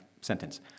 sentence